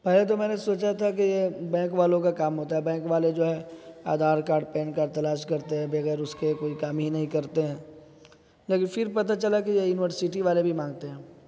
پہلے تو میں نے سوچا تھا کہ بینک والوں کا کام ہوتا ہے بینک والے جو ہے آدھار کارڈ پین کارڈ تلاش کرتے ہیں بغیر اس کے کوئی کام ہی نہیں کرتے ہیں لیکن پھر پتا چلا کہ یہ یونیورسٹی والے بھی مانگتے ہیں